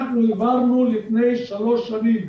אנחנו העברנו לפני שלוש שנים